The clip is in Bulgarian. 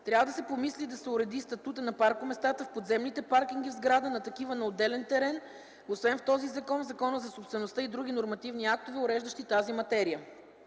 Трябва да се помисли да се уреди статута на паркоместата в подземните паркинги в сграда, на такива на отделен терен, освен в този закон, в Закона за собствеността и в други нормативни актове, уреждащи тази материя.